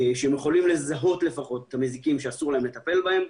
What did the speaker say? שהם יכולים לזהות לפחות את המזיקים שאסור להם לטפל בהם.